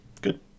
Good